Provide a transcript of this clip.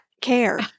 care